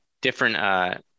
different